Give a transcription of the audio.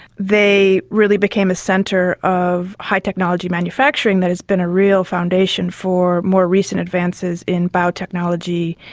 they really became a centre of high-technology manufacturing that has been a real foundation for more recent advances in biotechnology,